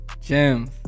gems